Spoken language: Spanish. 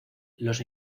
los